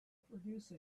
produce